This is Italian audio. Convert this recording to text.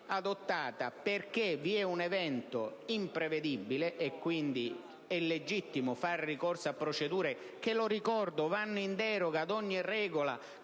perché vi è un evento imprevedibile e quindi è legittimo fare ricorso a procedure che - lo ricordo - vanno in deroga ad ogni regola